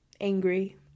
angry